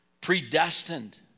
Predestined